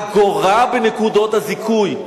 אגורה, בנקודות הזיכוי,